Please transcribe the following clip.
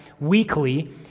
weekly